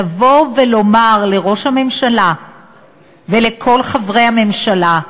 לבוא ולומר לראש הממשלה ולכל חברי הממשלה: